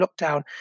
lockdown